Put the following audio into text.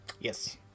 Yes